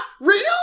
Real